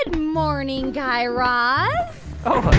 and morning, guy raz oh,